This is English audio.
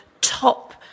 top